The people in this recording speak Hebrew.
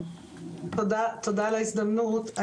תודה על ההזדמנות.